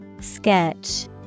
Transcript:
Sketch